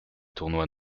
tournois